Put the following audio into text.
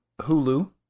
Hulu